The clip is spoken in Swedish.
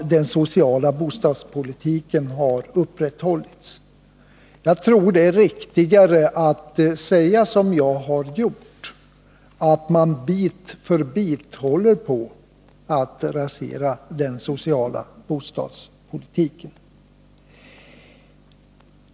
Jag tror att det är riktigare att säga som jag har gjort, att man man bit för bit håller på att rasera den sociala bostadspolitiken.